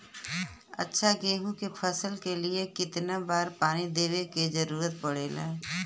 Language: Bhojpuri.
अच्छा गेहूँ क फसल के लिए कितना बार पानी देवे क जरूरत पड़ेला?